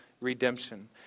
redemption